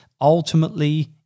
ultimately